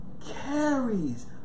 Carries